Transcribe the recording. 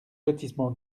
lotissement